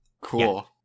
Cool